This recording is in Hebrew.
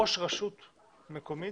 ראש רשות מקומית